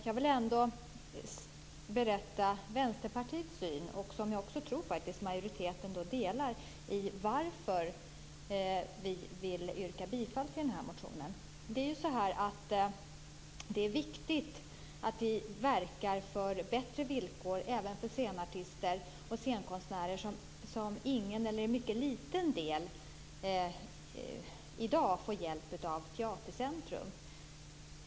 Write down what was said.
Jag vill berätta om Vänsterpartiets syn, som jag tror att majoriteten delar, och om varför vi vill yrka bifall till motionen. Det är viktigt att man verkar för bättre villkor även för scenartister och scenkonstnärer som i ingen eller mycket liten del i dag får hjälp av Teatercentrum.